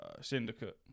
Syndicate